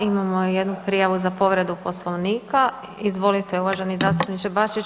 Imamo jednu prijavu za povredu Poslovnika, izvolite uvaženi zastupniče Bačić.